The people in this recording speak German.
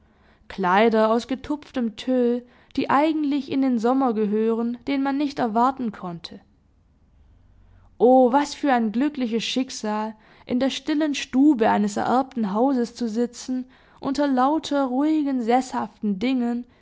kleider aus getupftem tüll die eigentlich in den sommer gehören den man nicht erwarten konnte o was für ein glückliches schicksal in der stillen stube eines ererbten hauses zu sitzen unter lauter ruhigen seßhaften dingen